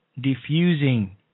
diffusing